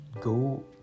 go